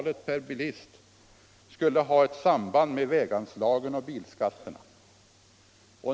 per personbil skulle ha ett samband med väganslagen och bilskatterna.